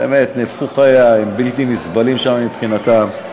נהפכו חייה, והם בלתי נסבלים שם מבחינתם,